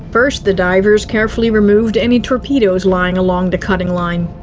first, the divers carefully removed any torpedoes lying along the cutting line.